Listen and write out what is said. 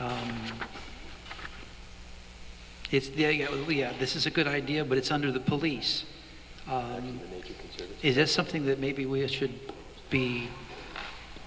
know this is a good idea but it's under the police and it is something that maybe we should be